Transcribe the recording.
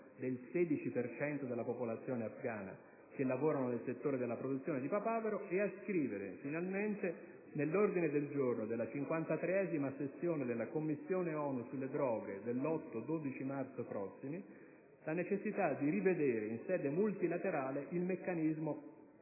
le migliaia di contadini che lavorano nel settore della produzione di papavero. a iscrivere all'ordine del giorno della 53esima sessione della Commissione Onu sulle Droghe dell'8-12 marzo prossimi la necessità di rivedere in sede multilaterale il meccanismo